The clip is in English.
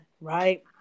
right